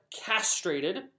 castrated